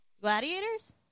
Gladiators